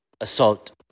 assault